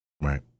Right